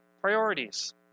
priorities